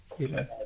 Amen